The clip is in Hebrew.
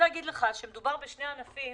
מדובר בשני ענפים